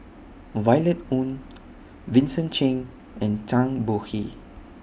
Violet Oon Vincent Cheng and Zhang Bohe